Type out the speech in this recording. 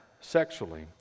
sexually